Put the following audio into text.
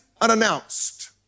unannounced